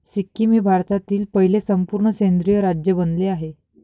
सिक्कीम हे भारतातील पहिले संपूर्ण सेंद्रिय राज्य बनले आहे